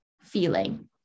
feeling